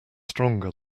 stronger